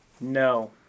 No